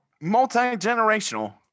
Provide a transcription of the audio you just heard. Multi-generational